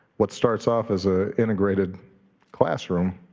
what starts off as a integrated classroom